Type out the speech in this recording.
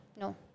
No